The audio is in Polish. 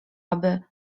aby